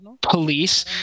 police